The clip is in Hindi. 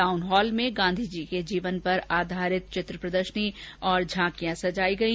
टाउन हॉल में गांधीजी के जीवन पर आधारित चित्र प्रदर्शनी और झांकियां सजाई गई